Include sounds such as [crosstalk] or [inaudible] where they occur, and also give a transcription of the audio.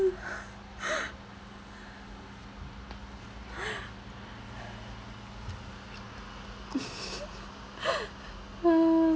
[laughs]